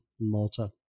Malta